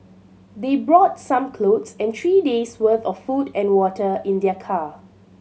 they brought some clothes and three days' worth of food and water in their car